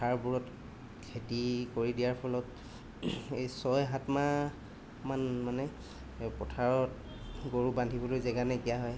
পথাৰবোৰত খেতি কৰি দিয়াৰ ফলত এই ছয় সাতমাহমান মানে পথাৰত গৰু বান্ধিবলৈ জেগা নাইকীয়া হয়